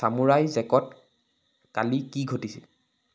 ছামুৰাই জেক'ত কালি কি ঘটিছিল